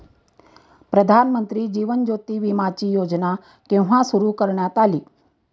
प्रधानमंत्री जीवन ज्योती विमाची योजना केव्हा सुरू करण्यात आली?